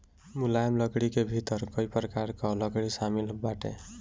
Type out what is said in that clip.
मुलायम लकड़ी के भीतर कई प्रकार कअ लकड़ी शामिल बाटे